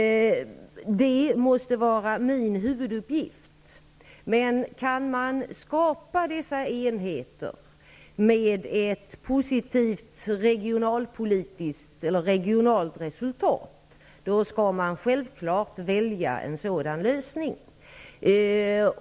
Det måste vara min huvuduppgift att arbeta med dem. Kan vi skapa dessa enheter med ett positivt regionalt resultat, skall vi självfallet välja en sådan lösning.